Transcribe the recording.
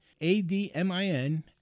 A-D-M-I-N